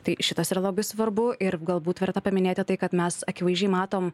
tai šitas yra labai svarbu ir galbūt verta paminėti tai kad mes akivaizdžiai matom